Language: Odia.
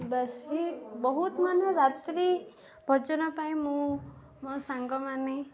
ବେଶୀ ବହୁତ ମାନେ ରାତ୍ରି ଭୋଜନ ପାଇଁ ମୁଁ ମୋ ସାଙ୍ଗମାନେ